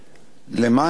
למען האמת,